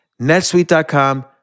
netsuite.com